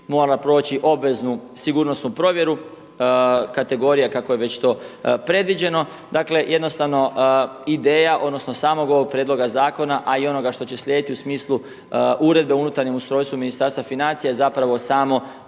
mora proći obveznu sigurnosnu provjeru, kategorija kako je već to predviđeno. Dakle, jednostavno ideja, odnosno samog ovog prijedloga zakona a i onoga što će slijediti u smislu uredbe o unutarnjem ustrojstvu Ministarstva financija je zapravo samo